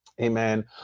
Amen